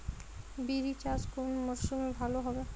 বিরি চাষ কোন মরশুমে ভালো হবে?